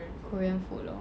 korean food lor